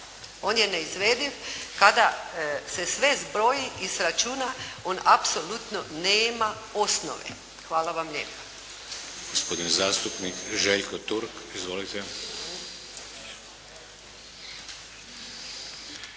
On je neizvediv kada se sve zbroji i izračuna on apsolutno nema osnove. Hvala vam lijepa.